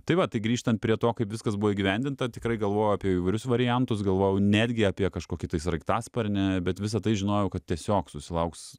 tai va tai grįžtant prie to kaip viskas buvo įgyvendinta tikrai galvojau apie įvairius variantus galvojau netgi apie kažkokį tai sraigtasparnį bet visa tai žinojau kad tiesiog susilauks